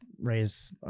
raise